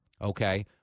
Okay